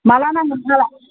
माब्ला नांगोन